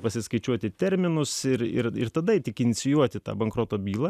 pasiskaičiuoti terminus ir ir tada tik inicijuoti tą bankroto bylą